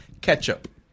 ketchup